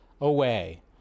away